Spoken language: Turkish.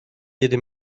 yedi